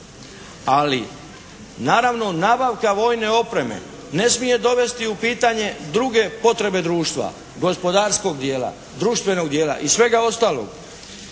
Ali naravno nabavka vojne opreme ne smije dovesti u pitanje druge potrebe društva, gospodarskog dijela, društvenog dijela i svega ostalog.